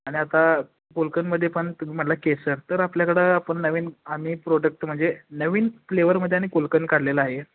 आणि आता गुलकंदमध्ये पण तुम्ही म्हणाला केसर तर आपल्याकडं आपण नवीन आम्ही प्रोडक्ट म्हणजे नवीन फ्लेवरमध्ये आणि गुलकंद काढलेलं आहे